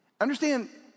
Understand